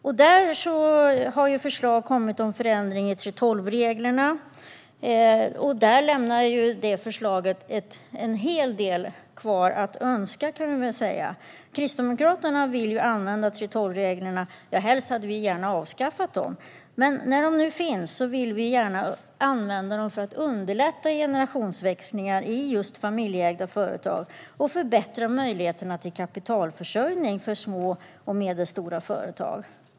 Det har kommit förslag om en förändring i 3:12-reglerna, och man kan säga att förslaget lämnar en hel del övrigt att önska. Kristdemokraterna hade helst avskaffat 3:12-reglerna, men när de nu finns vill vi gärna använda dem för att underlätta generationsväxlingar i just familjeägda företag och förbättra möjligheterna till kapitalförsörjning för små och medelstora företag.